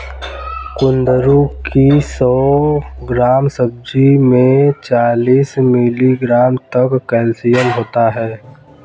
कुंदरू की सौ ग्राम सब्जी में चालीस मिलीग्राम तक कैल्शियम होता है